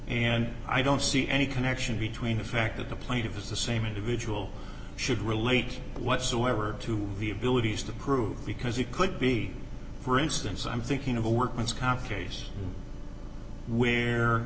and i don't see any connection between the fact that the plaintiff is the same individual should relate whatsoever to the abilities of the crew because you could be for instance i'm thinking of a workman's comp case where